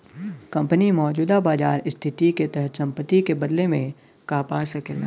company मौजूदा बाजार स्थिति के तहत संपत्ति के बदले में का पा सकला